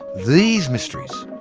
these mysteries,